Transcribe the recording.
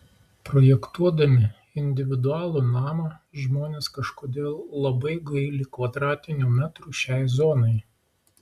projektuodami individualų namą žmonės kažkodėl labai gaili kvadratinių metrų šiai zonai